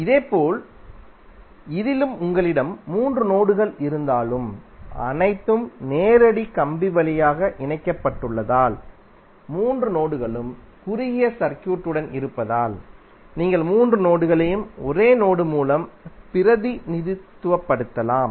இதேபோல் இதிலும் உங்களிடம் மூன்று நோடுகள் இருந்தாலும் அனைத்தும் நேரடி கம்பி வழியாக இணைக்கப்பட்டுள்ளதால் மூன்று நோடுகளும் குறுகிய சர்க்யூட் உடன் இருப்பதால் நீங்கள் மூன்று நோடுகளையும் ஒரே நோடு மூலம் பிரதிநிதித்துவப்படுத்தலாம்